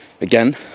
again